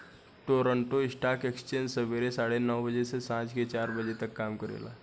Toronto stock exchange सबेरे साढ़े नौ बजे से सांझ के चार बजे तक काम करेला